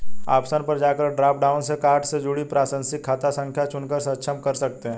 option पर जाकर drop down से कार्ड से जुड़ी प्रासंगिक खाता संख्या चुनकर सक्षम कर सकते है